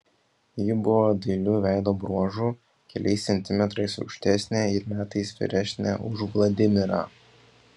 ji buvo dailių veido bruožų keliais centimetrais aukštesnė ir metais vyresnė už vladimirą